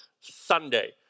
Sunday